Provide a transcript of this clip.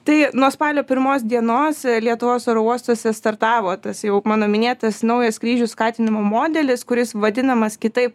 tai nuo spalio pirmos dienos lietuvos oro uostuose startavo tas jau mano minėtas naujas skrydžių skatinimo modelis kuris vadinamas kitaip